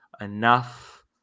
enough